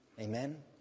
Amen